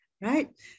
right